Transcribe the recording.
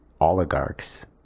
oligarchs